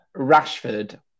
Rashford